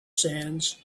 sands